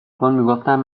کن، میگفتم